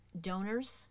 donors